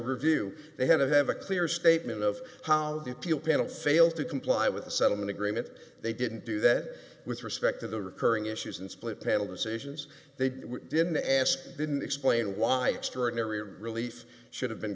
review they had to have a clear statement of how the appeal panel failed to comply with the settlement agreement they didn't do that with respect to the recurring issues and split panel decisions they didn't ask didn't explain why extraordinary relief should have been